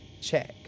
check